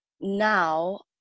now